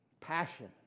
passion